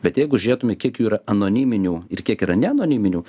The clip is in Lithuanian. bet jeigu žiūrėtume kiek jų yra anoniminių ir kiek yra neanoniminių